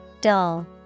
Dull